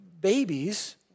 babies